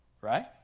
right